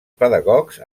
pedagogs